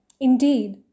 Indeed